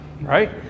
Right